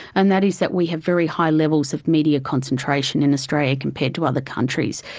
and that is that we have very high levels of media concentration in australia compared to other countries.